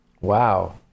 Wow